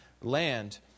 land